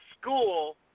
school